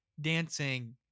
dancing